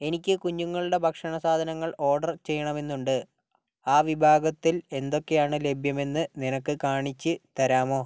എനിക്ക് കുഞ്ഞുങ്ങളുടെ ഭക്ഷണ സാധനങ്ങൾ ഓർഡർ ചെയ്യണമെന്നുണ്ട് ആ വിഭാഗത്തിൽ എന്തൊക്കെയാണ് ലഭ്യമെന്ന് നിനക്ക് കാണിച്ച് തരാമോ